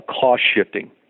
cost-shifting